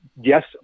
Yes